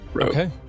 okay